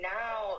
now